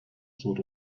sort